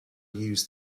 use